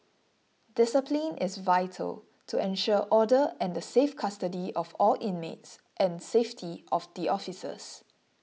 discipline is vital to ensure order and the safe custody of all inmates and safety of the officers